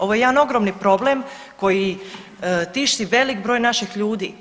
Ovo je jedan ogromni problem koji tišti velik broj naših ljudi.